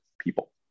people